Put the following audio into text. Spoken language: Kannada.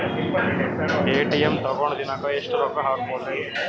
ಎ.ಟಿ.ಎಂ ತಗೊಂಡ್ ದಿನಕ್ಕೆ ಎಷ್ಟ್ ರೊಕ್ಕ ಹಾಕ್ಬೊದ್ರಿ?